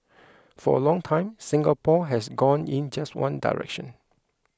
for a long time Singapore has gone in just one direction